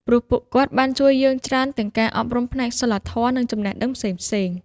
ព្រោះពួកគាត់បានជួយយើងច្រើនទាំងការអប់រំផ្នែកសីលធម៌និងចំណេះដឹងផ្សេងៗ។